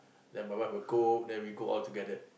then my wife my cook then we go altogether